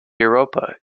europa